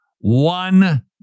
One